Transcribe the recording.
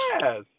Yes